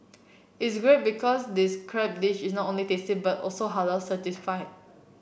is great because this crab dish is not only tasty but also Halal certified